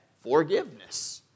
forgiveness